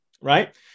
Right